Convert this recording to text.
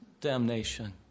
Damnation